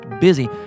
busy